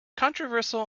controversial